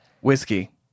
Whiskey